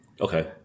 Okay